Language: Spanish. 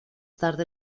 tarde